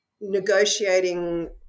negotiating